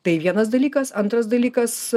tai vienas dalykas antras dalykas